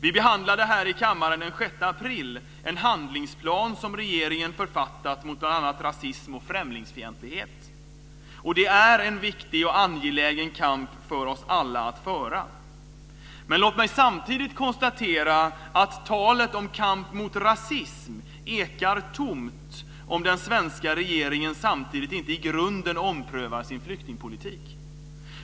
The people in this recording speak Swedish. Vi behandlade här i kammaren den 6 april en handlingsplan som regeringen författat mot bl.a. rasism och främlingsfientlighet. Det är en viktig och angelägen kamp för oss alla att föra, men låt mig samtidigt konstatera att talet om kamp mot rasism ekar tomt, om den svenska regeringen samtidigt inte i grunden omprövar sin flyktingpolitik.